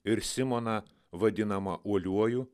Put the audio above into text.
ir simoną vadinamą uoliuoju